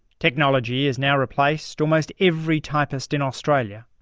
technology has now replaced almost every typist in australia.